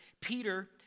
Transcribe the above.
Peter